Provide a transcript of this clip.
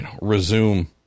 resume